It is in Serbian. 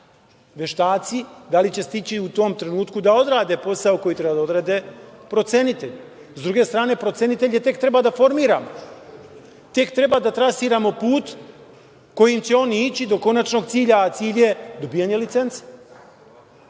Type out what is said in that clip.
Veštaci. Da li će stići u tom trenutku da odrade posao koji treba da odrade procenitelji. Sa druge strane, procenitelje tek treba da formiramo. Tek treba da trasiramo put kojim će oni ići do konačnog cilja, a cilj je dobijanje licence. Prema